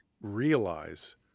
realize